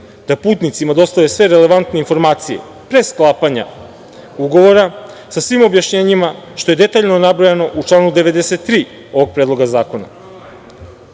da putnicima dostave sve relevantne informacije pre sklapanja ugovora, sa svim objašnjenjima, što je detaljno nabrojano u članu 93. ovog Predloga zakona.